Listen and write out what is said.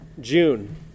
June